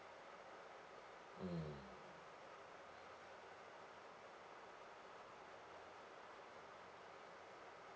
mm